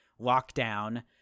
lockdown